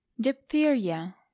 diphtheria